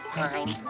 time